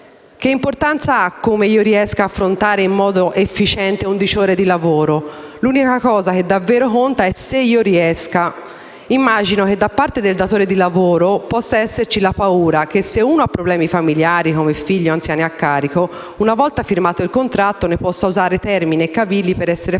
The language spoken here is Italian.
Che importanza ha come io riesca ad affrontare in modo efficiente undici ore di lavoro? L'unica cosa che davvero conta è se io ci riesca. Immagino che da parte del datore di lavoro possa esserci la paura che, se uno ha problemi familiari come figli o anziani a carico, una volta firmato il contratto ne possa usare termini e cavilli per essere pagato